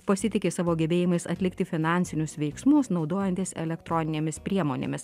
pasitiki savo gebėjimais atlikti finansinius veiksmus naudojantis elektroninėmis priemonėmis